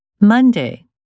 Monday